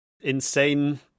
insane